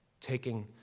taking